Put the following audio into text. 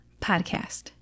podcast